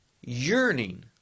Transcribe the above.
yearning